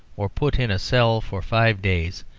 or put in a cell for five days,